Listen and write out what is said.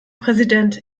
präsident